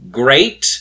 great